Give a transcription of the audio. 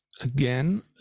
again